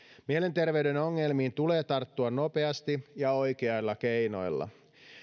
mielenterveyden ongelmiin tulee tarttua nopeasti ja oikeilla keinoilla